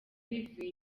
bivuye